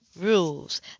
Rules